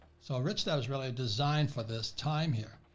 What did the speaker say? so rich, that is really designed for this time here,